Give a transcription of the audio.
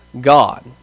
God